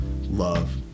love